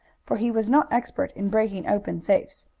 for he was not expert in breaking open safes,